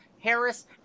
Harris